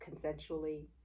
consensually